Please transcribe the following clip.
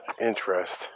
interest